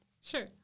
Sure